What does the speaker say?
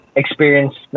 experience